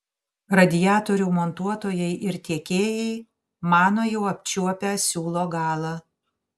radiatorių montuotojai ir tiekėjai mano jau apčiuopę siūlo galą